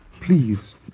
please